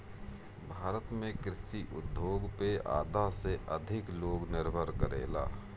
भारत में कृषि उद्योग पे आधा से अधिक लोग निर्भर करेला